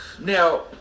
Now